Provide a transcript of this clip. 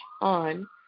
on